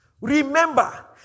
Remember